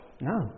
No